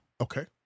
Okay